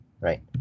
right